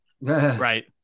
right